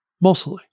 Mostly